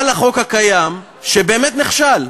על החוק הקיים, שבאמת נכשל,